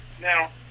now